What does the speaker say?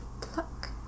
pluck